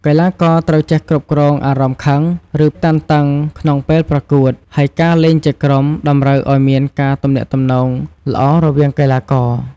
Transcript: កីឡាករត្រូវចេះគ្រប់គ្រងអារម្មណ៍ខឹង ឬតានតឹងក្នុងពេលប្រកួត ហើយការលេងជាក្រុមតម្រូវឲ្យមានការទំនាក់ទំនងល្អរវាងកីឡាករ។